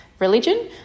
Religion